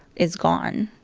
is gone.